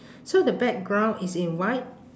so the background is in white